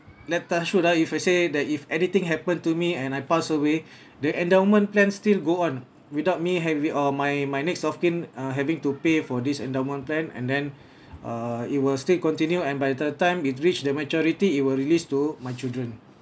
let touch wood ah if I say that if anything happen to me and I pass away the endowment plan still go on without me havi~ uh my my next of kin uh having to pay for this endowment plan and then err it will still continue and by the time it reach the maturity it will released to my children